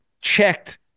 checked